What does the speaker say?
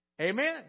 Amen